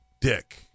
Dick